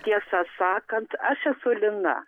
tiesą sakant aš esu lina